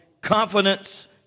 confidence